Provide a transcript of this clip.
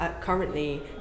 currently